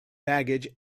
baggage